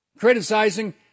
criticizing